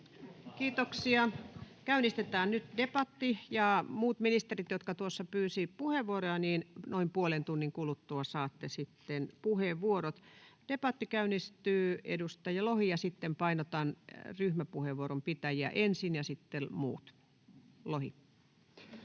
Kiitoksia. — Käynnistetään nyt debatti. — Muut ministerit, jotka tuossa pyysitte puheenvuoroja, noin puolen tunnin kuluttua saatte sitten puheenvuorot. — Debatti käynnistyy. Painotan ensin ryhmäpuheenvuoron pitäjiä, ja sitten muut. —